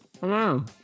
Hello